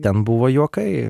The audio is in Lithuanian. ten buvo juokai